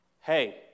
hey